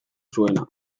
zuena